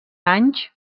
anys